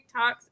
TikToks